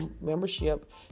membership